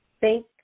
thank